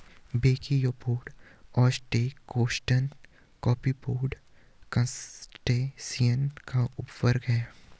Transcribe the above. brachiopoda, ostracods, Copepoda, crustacean का उपवर्ग है